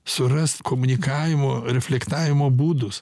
suras komunikavimo reflektavimo būdus